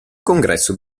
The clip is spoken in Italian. congresso